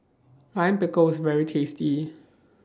Lime Pickle IS very tasty